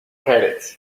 pérez